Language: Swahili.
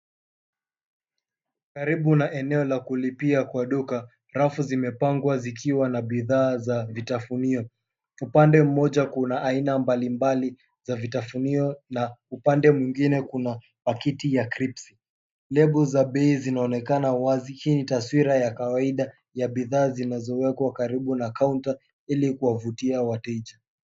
Karibu na eneo la kulipia kwa duka Rafi zimepangwa zikiwa na bidhaa za vitafunio. Upande mmoja kuna aina mbalimbali za vitafunio na upande mwingine kuna pakiti ya cripsi. Lebo za bei zinaonekana wazi, hii ni taswira ya kawaida ya bidhaa zinazowekwa karibu na kaunta ili kuwavutia wateja.